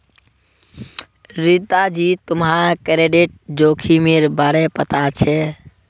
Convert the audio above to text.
रीता जी, तुम्हाक क्रेडिट जोखिमेर बारे पता छे?